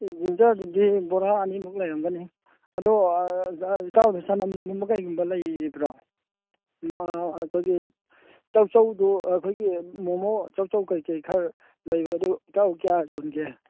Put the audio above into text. ꯖꯤꯟꯖꯔꯗꯨꯗꯤ ꯕꯣꯔꯥ ꯑꯅꯤꯃꯨꯛ ꯂꯩꯔꯝꯒꯅꯤ ꯑꯗꯣ ꯏꯇꯥꯎ ꯆꯅꯝꯒꯨꯝꯕ ꯀꯔꯤꯒꯨꯝꯕ ꯂꯩꯔꯤꯕ꯭ꯔꯣ ꯆꯧ ꯆꯧꯗꯣ ꯑꯩꯈꯣꯏꯒꯤ ꯃꯣꯃꯣ ꯆꯧ ꯆꯧ ꯀꯔꯤ ꯀꯔꯤ ꯈꯔ ꯂꯩꯕ꯭ꯔ ꯑꯗꯨ ꯏꯇꯥꯎ ꯀꯌꯥ ꯌꯣꯟꯒꯦ